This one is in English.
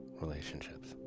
relationships